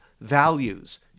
values